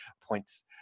points